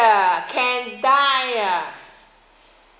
can die ah